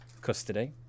custody